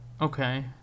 Okay